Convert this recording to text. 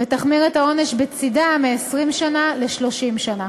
ותחמיר את העונש בצדה מ-20 שנה ל-30 שנה.